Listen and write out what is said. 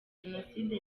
jenoside